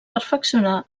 perfeccionà